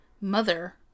mother